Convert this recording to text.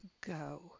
go